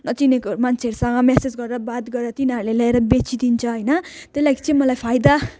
नचिनेको मान्छेहरूसँग मेसेज गरेर बात गरेर तिनीहरूले ल्याएर बेचिदिन्छ होइन त्यही लागि चाहिँ मलाई फाइदा